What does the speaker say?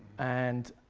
and